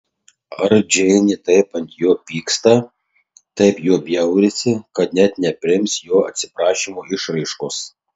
ar džeinė taip ant jo pyksta taip juo bjaurisi kad net nepriims jo atsiprašymo išraiškos